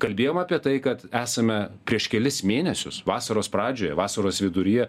kalbėjom apie tai kad esame prieš kelis mėnesius vasaros pradžioje vasaros viduryje